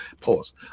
Pause